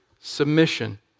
submission